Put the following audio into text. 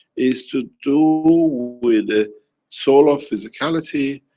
it's to do with the soul of physicality,